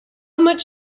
much